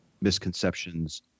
misconceptions